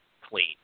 clean